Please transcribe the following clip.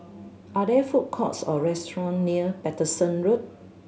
are there food courts or restaurants near Paterson Road